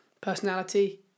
personality